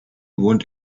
wohnt